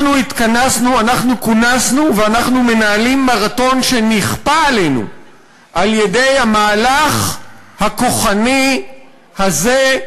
אנחנו כונסנו ואנחנו מנהלים מרתון שנכפה עלינו על-ידי המהלך הכוחני הזה,